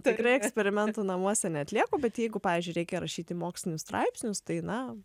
tikrai eksperimentų namuose neatlieku bet jeigu pavyzdžiui reikia rašyti mokslinius straipsnius tai na